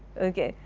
ok,